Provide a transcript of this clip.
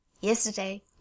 Yesterday